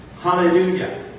Hallelujah